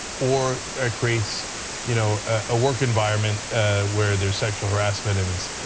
or creates you know a work environment where there is sexual harassment and